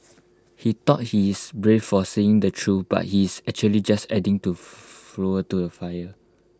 he thought he's brave for saying the truth but he's actually just adding to fuel to the fire